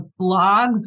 blogs